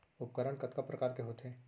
उपकरण कतका प्रकार के होथे?